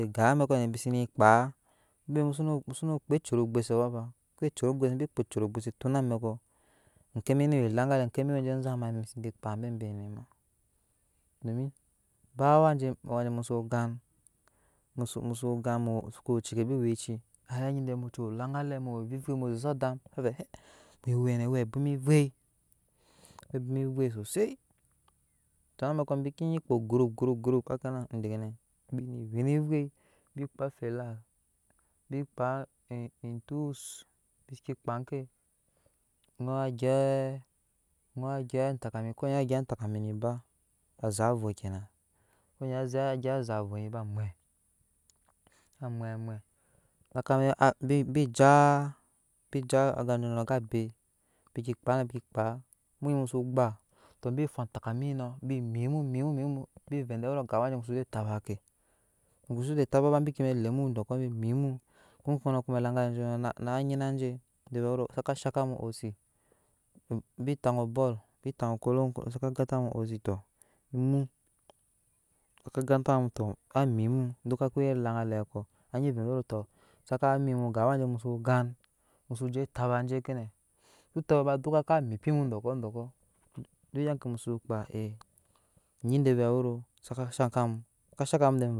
Kama amɛkɔ bsene kpaa musuno zuko we ecuru ogbuse bike kpaa na amɛk okemi kowe elaŋgalɛ kemi weke zagana musuko we ocɛkɛbi owecin hani onyi vɛɛ mu we olaŋgalɛ muwe ovei vei musu zosa adam avɛɛ hɛ musoya oɛnɛ wɛ bwoma evei wɛɛ bwoma evei sosai ama na mɛkɔ bike nyi kpo hatha nan dekene bie vei ni evei bi kpaa fɛlas bi kpaa etuss bi kpaa ke ojɔɔ wai gyɛp takami koony wa yep takamin ba azat avoo kena ko nyi wa gyɛp azat ovoni ba mwe saka mwe mwe naka bibi jaa bi jaa aga jonjon nɔ bi mwe ga beh bike kpaa bi koaa mu nyi mu so gbatobi fu ataka mi bino bi mipa muno mip mu ni bi vɛɛ gawa je mu so gbaa ga wa mu sobo tabake uma mutase bo taba bike le mu dɔkɔ bimip mu akwoi kuma elaŋgale jon konɔ na nyina saka shan kamu hassi to bi tan oball bi tan okolo saka ganta mu hosi tɔn mu aka gan tam tɔ amip mu dukka kowe laŋgalɛ kɔ anyi vɛɛ derotɔ ga awa je mu soo gan musu je taba jekenɛ dukka kamippim dɔkɔ dɔkɔ duk gya kemuso kpaa ny de vɛɛ wero zaka shan kamu.